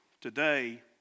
today